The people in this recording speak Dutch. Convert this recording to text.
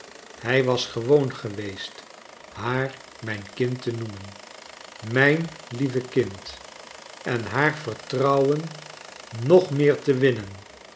hij was gewoon geweest haar mijn kind te noemen mrjn lieve kind en haar vertrouwen nog meer te winnen